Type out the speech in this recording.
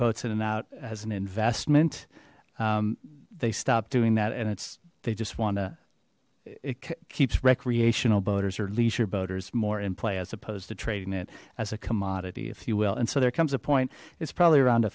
boats in and out as an investment they stop doing that and it's they just want to it keeps recreational boaters or leisure boaters more in play as opposed to trading it as a commodity if you will and so there comes a point it's probably around